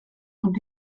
und